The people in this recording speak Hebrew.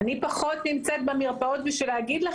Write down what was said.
אני פחות במרפאות כדי לומר.